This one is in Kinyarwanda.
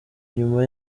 nyuma